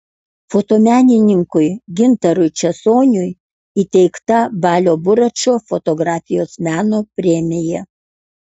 fotomenininkui gintarui česoniui įteikta balio buračo fotografijos meno premija